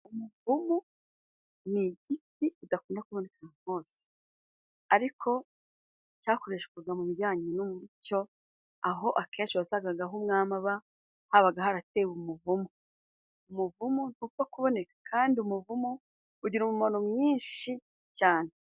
Umuvumu ni igiti kidakunda kuboneka ahantu hose ariko cyakoreshwaga mu bijyanye n'umucyo, aho akenshi wasangaga aho umwami aba habaga haratewe umuvumu .Umuvumu ntupfa kuboneka kandi umuvumu ugira umumaro mwinshi cyane.